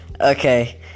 Okay